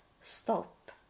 stop